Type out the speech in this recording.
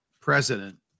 president